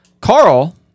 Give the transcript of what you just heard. Carl